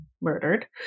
murdered